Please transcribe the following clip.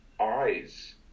eyes